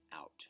out